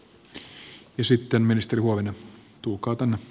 tulkaa tänne lähemmäksi